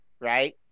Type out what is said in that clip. right